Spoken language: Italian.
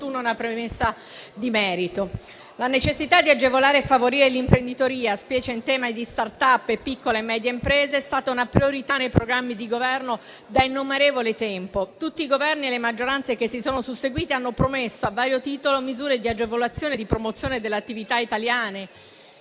La necessità di agevolare e favorire l'imprenditoria, specie in tema di *start-up* e piccole e medie imprese è stata una priorità nei programmi di Governo da innumerevole tempo. Tutti i Governi e le maggioranze che si sono susseguiti hanno promesso a vario titolo misure di agevolazione e di promozione delle attività di italiane